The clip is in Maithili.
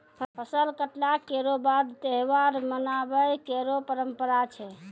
फसल कटला केरो बाद त्योहार मनाबय केरो परंपरा छै